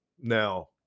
now